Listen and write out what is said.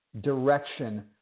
direction